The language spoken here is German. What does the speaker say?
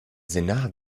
senat